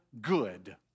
good